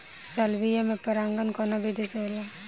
Salvia में परागण कउना विधि से होला?